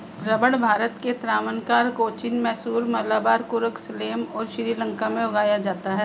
रबड़ भारत के त्रावणकोर, कोचीन, मैसूर, मलाबार, कुर्ग, सलेम और श्रीलंका में उगाया जाता है